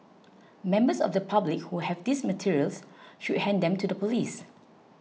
members of the public who have these materials should hand them to the police